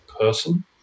person